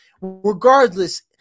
regardless